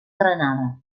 granada